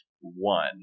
one